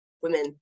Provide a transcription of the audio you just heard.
women